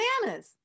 bananas